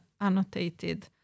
annotated